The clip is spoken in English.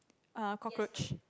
uh cockroach